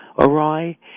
awry